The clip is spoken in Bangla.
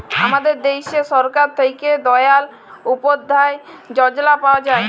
আমাদের দ্যাশে সরকার থ্যাকে দয়াল উপাদ্ধায় যজলা পাওয়া যায়